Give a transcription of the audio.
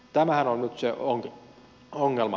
tämähän on nyt se ongelma